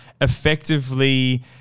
effectively